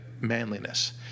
manliness